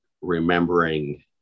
remembering